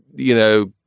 you know,